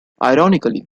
ironically